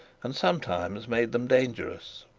and sometimes, made them dangerous.